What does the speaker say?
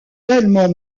tellement